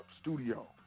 studio